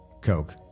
Coke